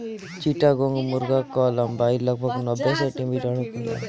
चिट्टागोंग मुर्गा कअ लंबाई लगभग नब्बे सेंटीमीटर होला